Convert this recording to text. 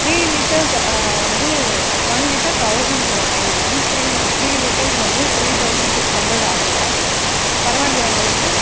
three litres வந்து one litre thousand two hundred ma'am three three litres வந்து three thousand six hundred ஆகும் பரவா இல்லையா உங்களுக்கு